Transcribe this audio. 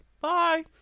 Bye